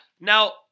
Now